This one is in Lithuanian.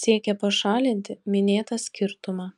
siekia pašalinti minėtą skirtumą